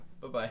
Bye-bye